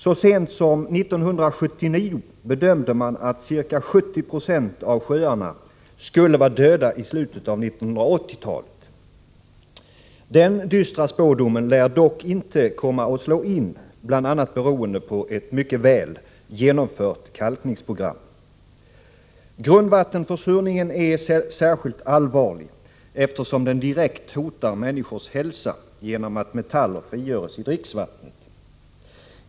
Så sent som 1979 bedömde man att ca 70 20 av sjöarna skulle vara döda i slutet av 1980-talet. Den dystra spådomen lär dock inte komma att slå in, bl.a. beroende på ett mycket väl genomfört kalkningsprogram. Grundvattenförsurningen är särskilt allvarlig, eftersom den direkt hotar människors hälsa genom att metaller frigörs i dricksvattnet.